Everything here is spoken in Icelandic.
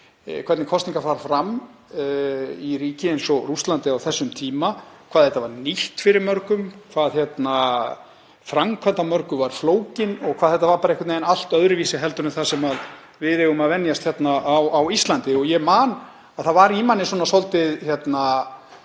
hvernig kosningar fara fram í ríki eins og Rússlandi á þessum tíma, hvað þetta var nýtt fyrir mörgum, hvað framkvæmd á mörgu var flókin og hvað þetta var einhvern veginn allt öðruvísi en það sem við eigum að venjast hérna á Íslandi. Ég man að það var í manni einhvers konar